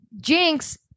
Jinx